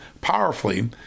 powerfully